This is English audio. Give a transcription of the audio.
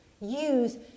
use